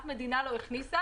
אף מדינה לא הכניסה,